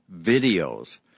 videos